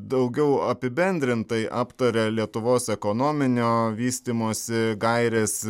daugiau apibendrintai aptaria lietuvos ekonominio vystymosi gaires